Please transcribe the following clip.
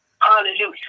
Hallelujah